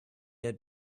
had